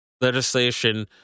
legislation